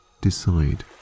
decide